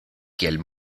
kiel